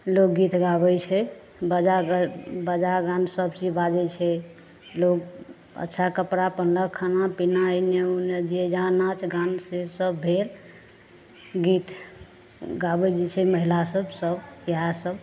लोग गीत गाबै छै बजा गा बजा गान सब चीज बाजै छै लोग अच्छा कपड़ा पहनलक खाना पीना एन्ने उन्ने जे जहाँ नाँच गान से सब भेल गीत गाबै जे छै महिला सब सब इहए सब